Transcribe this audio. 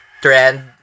Trend